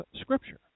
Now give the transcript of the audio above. scripture